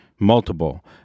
Multiple